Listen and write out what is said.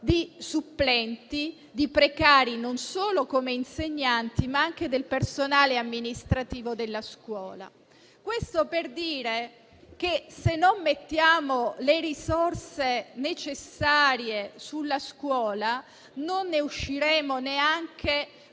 di supplenti e di precari, non solo come insegnanti, ma anche del personale amministrativo della scuola. Questo per dire che, se non mettiamo le risorse necessarie sulla scuola, non ne usciremo neanche